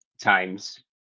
times